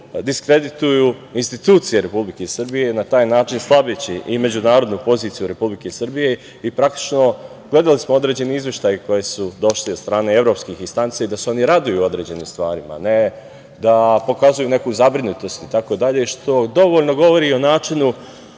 diskredituju institucije Republike Srbije na taj način slabeći i međunarodnu poziciju Republike Srbije i, praktično, gledali smo određene izveštaje koji su došli od strane evropskih istanci i da se oni raduju određenim stvarima, a ne da pokazuju neku zabrinutost itd, što dovoljno govori o načinu